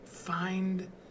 Find